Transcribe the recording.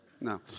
No